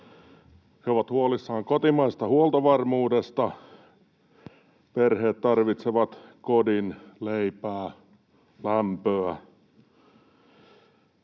He ovat huolissaan kotimaisesta huoltovarmuudesta. Perheet tarvitsevat kodin, leipää, lämpöä.